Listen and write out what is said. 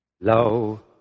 low